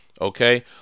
okay